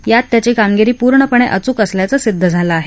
यात त्याची कामगिरी पूर्णपणे अचूक असल्याचं सिद्ध झालं आहे